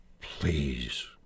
please